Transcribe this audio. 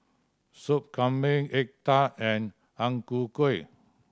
Sup Kambing egg tart and Ang Ku Kueh